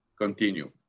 continue